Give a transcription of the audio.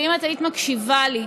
ואם את היית מקשיבה לי,